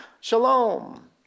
Shalom